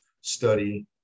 study